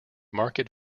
market